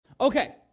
Okay